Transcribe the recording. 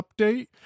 update